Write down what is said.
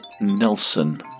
Nelson